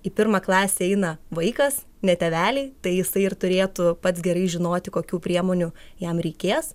į pirmą klasę eina vaikas ne tėveliai tai jisai ir turėtų pats gerai žinoti kokių priemonių jam reikės